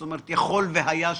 זאת אומרת שיכול והיה ש..